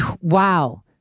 Wow